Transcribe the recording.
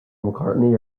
mccartney